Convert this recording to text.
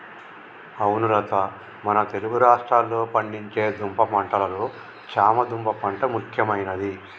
అవును లత మన తెలుగు రాష్ట్రాల్లో పండించే దుంప పంటలలో చామ దుంప పంట ముఖ్యమైనది